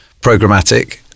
programmatic